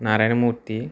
Narayana Murthy